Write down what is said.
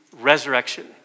resurrection